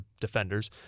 defenders